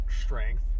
strength